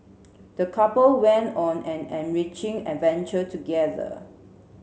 the couple went on an enriching adventure together